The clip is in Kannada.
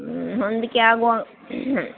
ಹ್ಞೂ ಹೊಂದಿಕೆ ಆಗೊ ಹ್ಞೂ